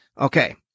Okay